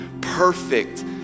perfect